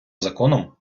законом